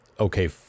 Okay